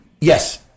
Yes